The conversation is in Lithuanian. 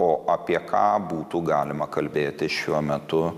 o apie ką būtų galima kalbėti šiuo metu